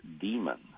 demon